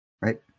right